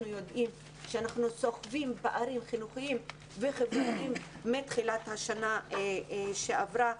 יודעים שאנחנו סוחבים פערים חינוכיים וחברתיים מתחילת השנה שעברה.